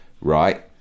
right